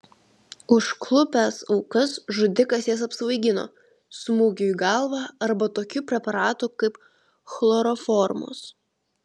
užklupęs aukas žudikas jas apsvaigino smūgiu į galvą arba tokiu preparatu kaip chloroformas